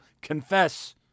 Confess